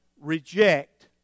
reject